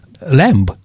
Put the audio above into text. lamb